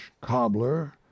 cobbler